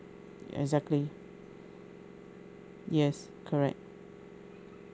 exactly yes correct